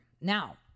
Now